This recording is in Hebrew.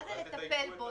מה זה לטפל בו?